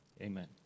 Amen